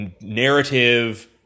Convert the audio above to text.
narrative